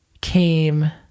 came